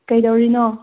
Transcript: ꯀꯩꯗꯧꯔꯤꯅꯣ